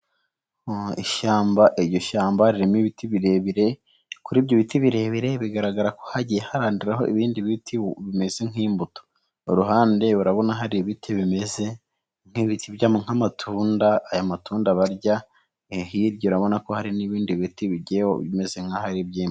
Mu ishyamba, iryo shyamba ririmo ibiti birebire kuri ibyo biti birebire bigaragara ko hagiye harandiraho ibindi biti bimeze nk'imbuto, uruhande urabona hari ibiti bimeze nk'ibiti by'ama, nk'amatunda, aya matunda barya, hirya urabona ko hari n'ibindi biti bigiyeho bimeze nk'aho ari byinshi.